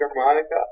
harmonica